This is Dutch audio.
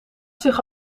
zich